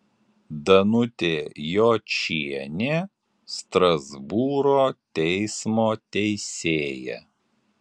danutė jočienė strasbūro teismo teisėja